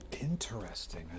Interesting